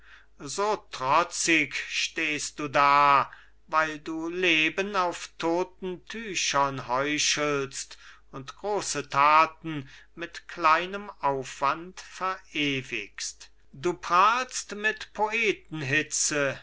so trotzig stehst du da weil du leben auf toten tüchern heuchelst und große taten mit kleinem aufwand verewigst du prahlst mit